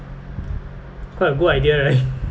quite a good idea right